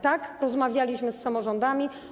Tak, rozmawialiśmy z samorządami.